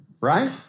Right